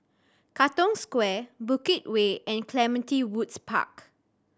Katong Square Bukit Way and Clementi Woods Park